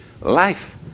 life